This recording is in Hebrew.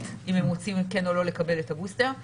אם הם רוצים לקבל את הבוסטר או לא.